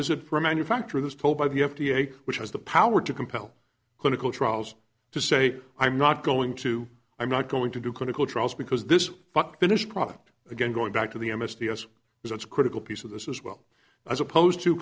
is it for a manufacturer has told by the f d a which has the power to compel clinical trials to say i'm not going to i'm not going to do clinical trials because this fucked finished product again going back to the m s t s it's a critical piece of this as well as opposed to